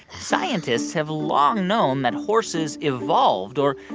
scientists have long known that horses evolved or,